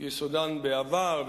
שיסודן בעבר,